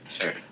Sure